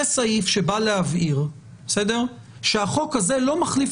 זה סעיף שבא להבהיר שהחוק הזה לא מחליף